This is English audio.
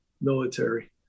military